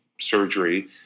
surgery